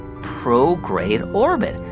prograde orbit.